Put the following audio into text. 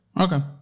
okay